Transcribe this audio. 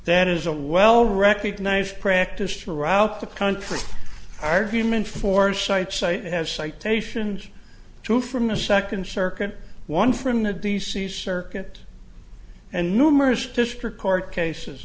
that is a well recognized practice throughout the country are human foresight site have citations to from a second circuit one from the d c circuit and numerous district court cases